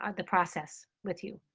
ah the process with you.